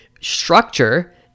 structure